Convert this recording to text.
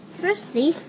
Firstly